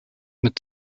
mit